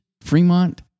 Fremont